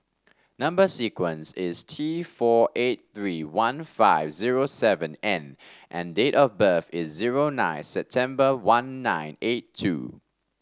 number sequence is T four eight three one five zero seven N and date of birth is zero nine September one nine eight two